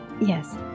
Yes